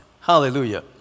hallelujah